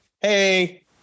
Hey